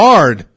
Hard